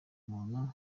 umuntu